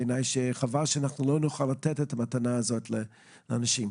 חבל שלא נוכל לתת את המתנה הזאת לאנשים.